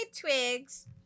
Twigs